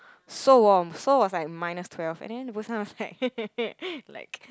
so warm Seoul was like minus twelve and then Busan was like like